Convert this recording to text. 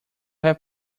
have